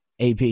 AP